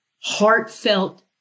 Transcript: heartfelt